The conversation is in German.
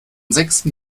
sechsten